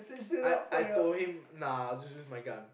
I I told him nah just use my gun